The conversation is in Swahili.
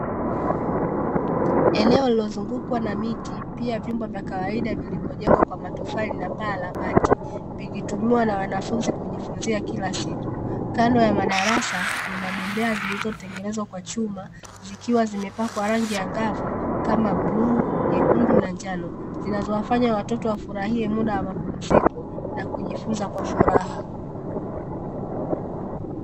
Eneo lililozungukwa na miti pia vyumba vya kawaida vilivyojengwa kwa matofali na paa la bati vikitumiwa na wanafunzi kujifunzia kila siku, kando ya madarasa kuna bembea zilizotengenezwa kwa chuma zikiwa zimepakwa rangi angavu kama bluu, nyekundu na njano zinazowafanya watoto wafurahie muda wa mapumziko na kujifunza kwa furaha.